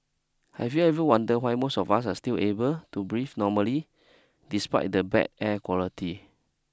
have you ever wondered why most of us are still able to breathe normally despite the bad air quality